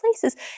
places